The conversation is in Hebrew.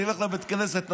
נלך לבית כנסת,